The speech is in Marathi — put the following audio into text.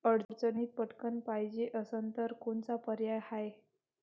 अडचणीत पटकण पायजे असन तर कोनचा पर्याय हाय?